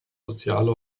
soziale